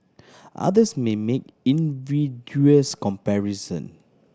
others may make invidious comparison